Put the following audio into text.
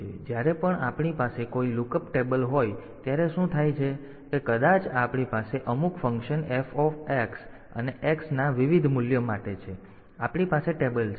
તેથી જ્યારે પણ આપણી પાસે કોઈ લુકઅપ ટેબલ હોય ત્યારે શું થાય છે કે કદાચ આપણી પાસે અમુક ફંક્શન f અને x ના વિવિધ મૂલ્યો માટે છે અને આપણી પાસે ટેબલ છે